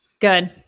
Good